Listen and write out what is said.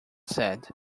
said